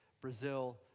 Brazil